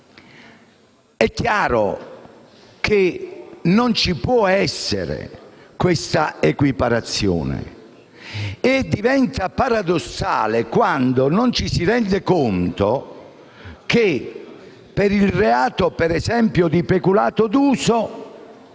È chiaro che non ci può essere questa equiparazione e diventa paradossale quando non ci si rende conto che, ad esempio, per il reato di peculato d'uso,